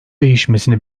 değişmesini